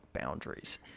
boundaries